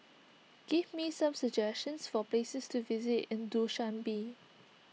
give me some suggestions for places to visit in Dushanbe